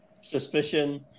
Suspicion